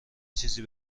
چیزی